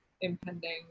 impending